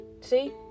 see